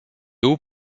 hauts